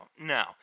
no